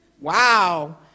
Wow